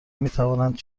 نمیتواند